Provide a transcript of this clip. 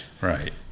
Right